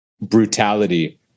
brutality